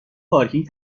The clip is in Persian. پارکینگ